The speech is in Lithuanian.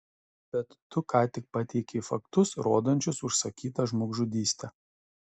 bet tu ką tik pateikei faktus rodančius užsakytą žmogžudystę